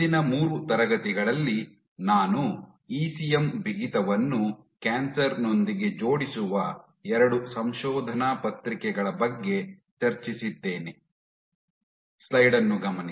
ಹಿಂದಿನ ಮೂರು ತರಗತಿಗಳಲ್ಲಿ ನಾನು ಇಸಿಎಂ ಬಿಗಿತವನ್ನು ಕ್ಯಾನ್ಸರ್ ನೊಂದಿಗೆ ಜೋಡಿಸುವ ಎರಡು ಸಂಶೋಧನಾ ಪತ್ರಿಕೆಗಳ ಬಗ್ಗೆ ಚರ್ಚಿಸಿದ್ದೇನೆ